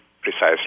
precisely